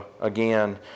again